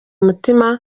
mutima